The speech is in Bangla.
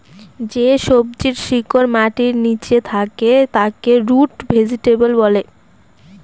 যে সবজির শিকড় মাটির নীচে থাকে তাকে রুট ভেজিটেবল বলে